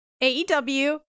AEW